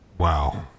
Wow